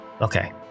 Okay